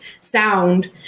sound